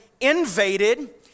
invaded